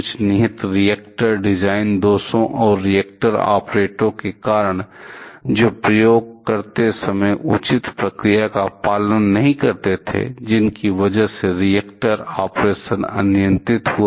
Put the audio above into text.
कुछ निहित reactor design दोषों और रिएक्टर ऑपरेटरों के कारण जो प्रयोग करते समय उचित प्रक्रिया का पालन नहीं करते थे जिसकी वजह से रिएक्टर ऑपरेशन अनियंत्रित हुआ